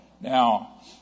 Now